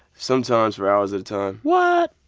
sometimes for hours at a time what?